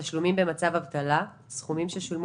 "תשלומים במצב אבטלה" סכומים ששולמו